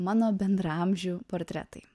mano bendraamžių portretai